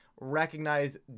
recognize